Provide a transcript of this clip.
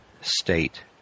state